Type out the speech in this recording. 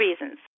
reasons